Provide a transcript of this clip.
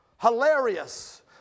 Hilarious